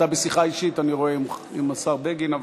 אני רואה שאתה בשיחה אישית עם השר בגין,